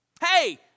Hey